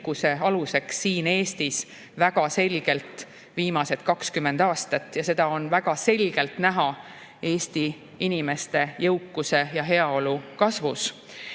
rikkuse aluseks siin Eestis väga selgelt viimased 20 aastat. Seda on väga selgelt näha Eesti inimeste jõukuse ja heaolu kasvus.